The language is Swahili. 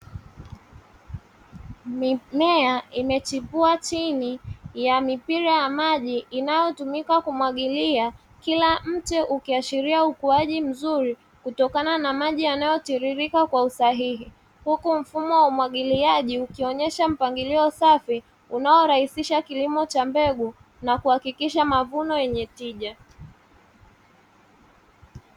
Mimea imechipua chini ya mifereji ya maji inayotumika kumwagilia, kila mti ukiashiria ukuaji mzuri kutokana na maji yanayotiririka kwa usahihi. Huku mfumo wa umwagiliaji ukionyesha mpangilio safi unaorahisisha kilimo cha mbegu na kuhakikisha mavuno yenye tija.